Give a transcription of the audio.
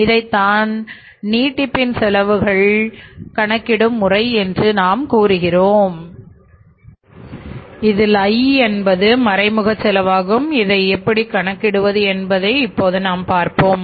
இதைத்தான் காலநீட்டிப்பின் செலவுகளை கணக்கிடும் முறை என்று நாம் கூறுகிறோம் இதில் I என்பது மறைமுக செலவாகும் இதை எப்படி கணக்கிடுவது என்பதை இப்போது நாம் பார்ப்போம்